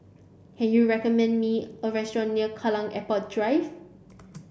can you recommend me a restaurant near Kallang Airport Drive